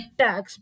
tax